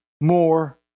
more